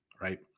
right